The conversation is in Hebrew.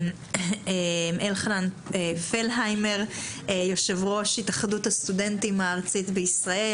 אלחנן פלהיימר יושב-ראש התאחדות הסטודנטים הארצית בישראל,